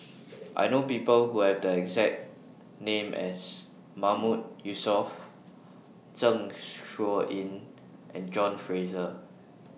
I know People Who Have The exact name as Mahmood Yusof Zeng Shouyin and John Fraser